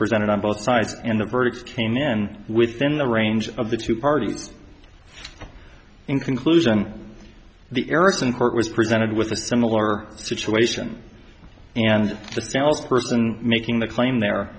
presented on both sides and the verdicts came in within the range of the two parties in conclusion the ericsson court was presented with a similar situation and the sales person making the claim there